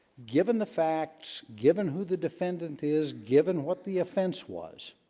given the facts given who the defendant is given what the offense was